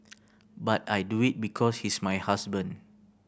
but I do it because he's my husband